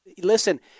Listen